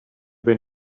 when